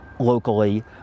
locally